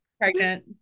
Pregnant